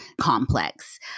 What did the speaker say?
complex